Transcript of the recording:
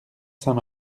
saint